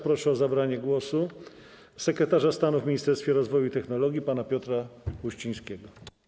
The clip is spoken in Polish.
Proszę o zabranie głosu sekretarza stanu w Ministerstwie Rozwoju i Technologii pana Piotra Uścińskiego.